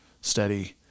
steady